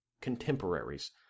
contemporaries